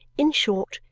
in short,